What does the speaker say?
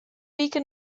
wike